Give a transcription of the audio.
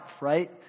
right